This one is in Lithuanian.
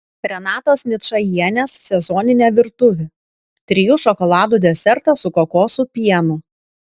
renatos ničajienės sezoninė virtuvė trijų šokoladų desertas su kokosų pienu